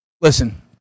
Listen